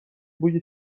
بوی